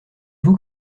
vous